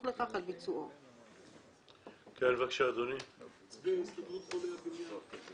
לכך על ביצועו." אני מהסתדרות עובדי הבניין.